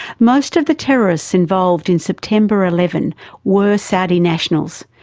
most of the terrorists involved in september eleven were saudi nationals.